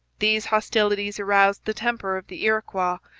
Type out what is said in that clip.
these hostilities aroused the temper of the iroquois,